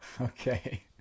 Okay